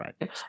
Right